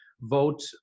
vote